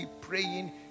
praying